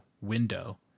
window